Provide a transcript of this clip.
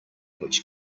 which